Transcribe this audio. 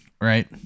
right